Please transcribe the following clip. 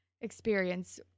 experience